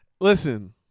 listen